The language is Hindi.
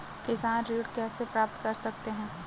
किसान ऋण कैसे प्राप्त कर सकते हैं?